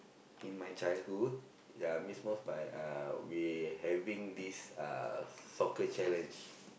in my childhood ya I miss most my uh we having this uh soccer challenge